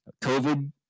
COVID